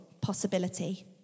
possibility